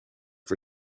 for